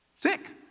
Sick